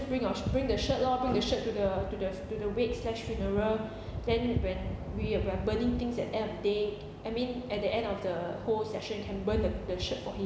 bring your bring the shirt lor bring the shirt to the to the to the wake slash funeral then when we are burn burning things at the end of the day I mean at the end of the whole session can burn the the shirt for him